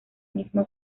mismo